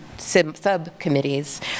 subcommittees